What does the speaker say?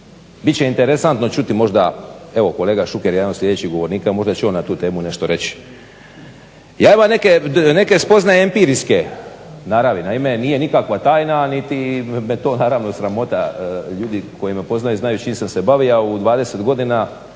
Bit će interesantno čuti evo kolega Šuker je jedan od sljedećih govornika možda će on na tu temu nešto reći. Ja imam neke spoznaje empirijske naravi, naime nije nikakva tajna a niti me je to naravno sramota. Ljudi koji me poznaju znaju čim se bavio u 20 godina